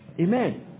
Amen